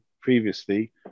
previously